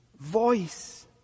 voice